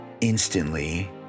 instantly